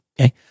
okay